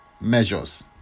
measures